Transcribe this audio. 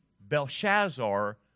Belshazzar